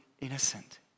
innocent